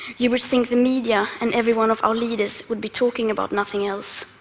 you would think the media and every one of our leaders would be talking about nothing else,